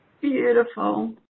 Beautiful